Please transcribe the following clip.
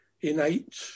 innate